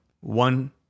one